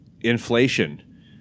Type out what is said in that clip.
inflation